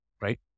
right